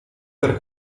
per